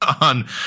on